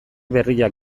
berriak